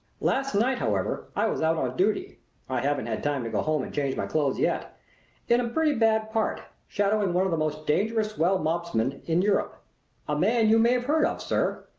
last night, however, i was out on duty i haven't had time to go home and change my clothes yet in a pretty bad part, shadowing one of the most dangerous swell mobsmen in europe a man you may have heard of, sir.